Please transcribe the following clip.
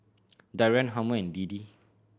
Darian Harmon and Deedee